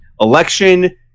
election